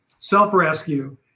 self-rescue